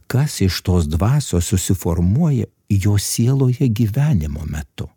kas iš tos dvasios susiformuoja jo sieloje gyvenimo metu